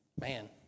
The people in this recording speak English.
Man